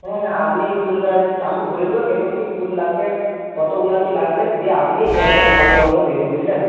হুম আপনি ফুল গাছ আমি বলে দেবো কীরকম কী ফুল লাগবে কতগুলো কী লাগবে দিয়ে আপনি নিয়ে আসবেন ভালো মন্দ দেখে বুঝলেন